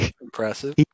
Impressive